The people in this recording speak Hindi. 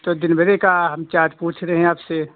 तो दिन भरे का चार्ज हम पूछ रहे हैं आपसे